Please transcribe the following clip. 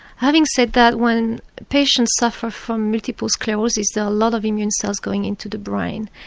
having said that, when patients suffer from multiple sclerosis there are a lot of immune cells going into the brain.